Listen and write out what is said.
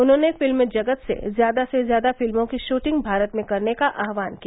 उन्होंने फिल्म जगत से ज्यादा से ज्यादा फिल्मों की शूटिंग भारत में करने आहवान किया